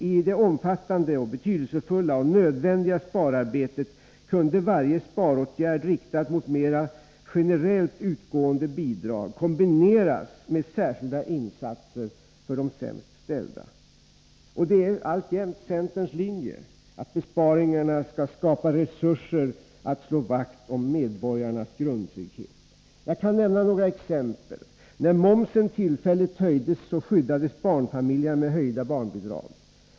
I det omfattande, betydelsefulla och nödvändiga spararbetet kunde varje sparåtgärd riktad mot mera generellt utgående bidrag kombineras med särskilda insatser för de sämst ställda. Det är alltjämt centerns linje att besparingarna skall skapa resurser att slå vakt om medborgarnas grundtrygghet. Jag kan i detta sammanhang nämna några exempel.